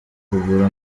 kugura